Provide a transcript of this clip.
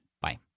Bye